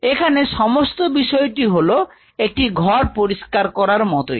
এখানে সমস্ত বিষয়টি হলো একটি ঘর পরিষ্কার করার মতোই